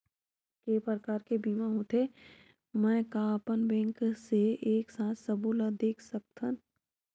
के प्रकार के बीमा होथे मै का अपन बैंक से एक साथ सबो ला देख सकथन?